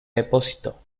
depósito